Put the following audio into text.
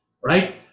right